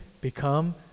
become